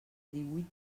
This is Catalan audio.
díhuit